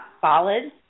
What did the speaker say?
solid